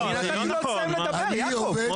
אני נתתי לו לסיים לדבר, יעקב.